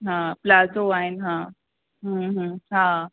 हा प्लाज़ो आहिनि हा हम्म हम्म हा